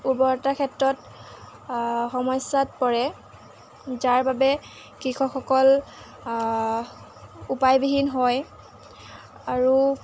উৰ্বৰতাৰ ক্ষেত্ৰত সমস্যাত পৰে যাৰ বাবে কৃষকসকল উপায় বিহীন হয় আৰু উপায়